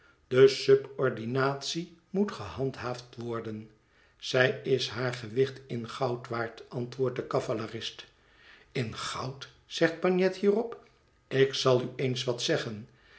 de subordinatie moet gehandhaafd worden zij is haar gewicht in goud waard antwoordt de cavalerist in goud zegt bagnet hierop ik zal u eens wat zeggen